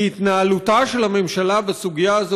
כי התנהלותה של הממשלה בסוגיה הזאת